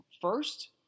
first